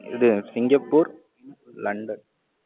இது Singapore London